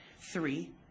Three